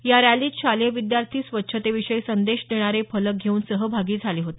या रॅलीत शालेय विद्यार्थी स्वच्छतेविषयी संदेश देणारे फलक घेऊन सहभागी झाले होते